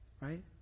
Right